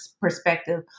perspective